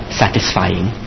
satisfying